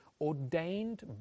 ordained